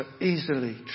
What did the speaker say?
easily